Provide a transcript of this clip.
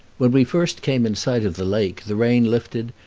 when we first came in sight of the lake the rain lifted,